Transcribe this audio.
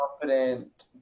confident